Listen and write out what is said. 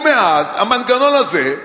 מאז, המנגנון הזה,